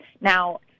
Now